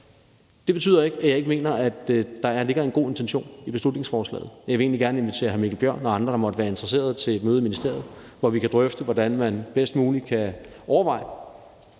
Det betyder ikke, at jeg ikke mener, at der ligger en god intention i beslutningsforslaget, og jeg vil egentlig gerne invitere hr. Mikkel Bjørn og andre, der måtte være interesserede, til et møde i ministeriet, hvor vi kan drøfte, hvordan man på baggrund af de